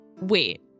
Wait